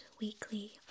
weekly